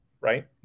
right